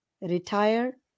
retire